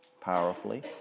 powerfully